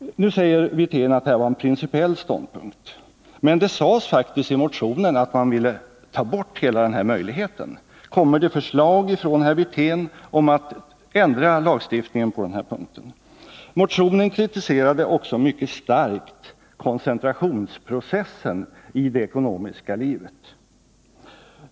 Nu säger herr Wirtén att detta var en principiell ståndpunkt, men det sades faktiskt i motionen att man ville avskaffa hela denna möjlighet. Kommer det förslag från herr Wirtén om att lagstiftningen på denna punkt skall ändras? I motionen kritiserade man också mycket starkt koncentrationsprocessen i det ekonomiska livet.